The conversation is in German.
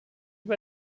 bei